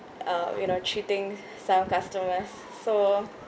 uh you know treating some customers so